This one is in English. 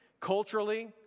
culturally